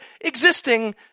existing